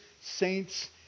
Saints